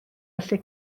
allu